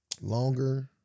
longer